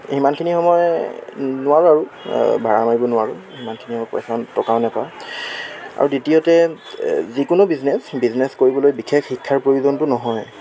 সিমানখিনি সময় নোৱাৰোঁ আৰু ভাড়া মাৰিব নোৱাৰোঁ সিমানখিনি সময় পইচা টকাও নেপাওঁ আৰু দ্বিতীয়তে যিকোনো বিজনেছ বিজনেছ কৰিবলৈ বিশেষ শিক্ষাৰ প্ৰয়োজনটো নহয়